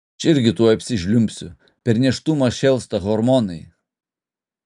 aš irgi tuoj apsižliumbsiu per nėštumą šėlsta hormonai